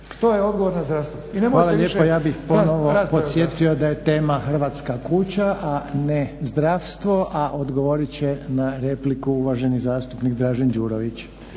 To je odgovor na zdravstvo i nemojte više … **Reiner, Željko (HDZ)** Ja bih ponovo podsjetio da je tema "Hrvatska kuća", a ne zdravstvo, a odgovorit će na repliku uvaženi zastupnik Dražen Đurović.